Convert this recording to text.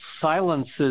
silences